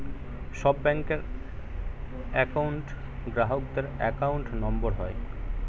সব ব্যাঙ্কের একউন্ট গ্রাহকদের অ্যাকাউন্ট নম্বর হয়